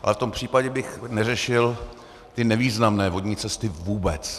Ale v tom případě bych neřešil ty nevýznamné vodní cesty vůbec.